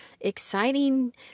Exciting